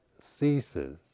ceases